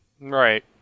Right